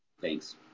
Thanks